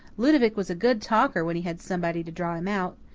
ludovic was a good talker when he had somebody to draw him out.